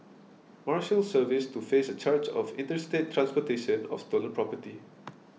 Marshals Service to face a charge of interstate transportation of stolen property